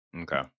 Okay